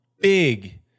big